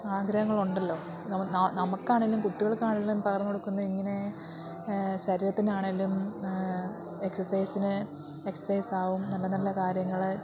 ആഗ്രഹങ്ങളുണ്ടല്ലോ ന നമുക്കാണേലും കുട്ടികൾക്കാണെലും പകർന്നുകൊടുക്കുന്ന ഇങ്ങനെ ശരീരത്തിനാണെലും എക്സസൈസിന് എക്സസൈസാകും നല്ല നല്ല കാര്യങ്ങള്